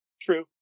True